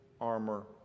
armor